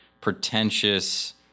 pretentious